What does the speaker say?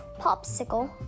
popsicle